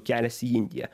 kelias į indiją